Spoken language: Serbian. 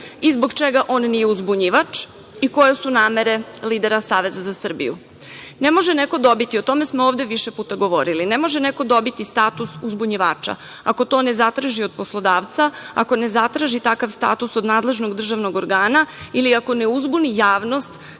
i zbog čega on nije uzbunjivač i koje su namere lidera Saveza za Srbiju. Ne može neko dobiti, o tome smo ovde više puta govorili, ne može neko dobiti status uzbunjivača ako to ne zatraži od poslodavca, ako ne zatraži takav status od nadležnog državnog organa, ili ako ne uzbuni javnost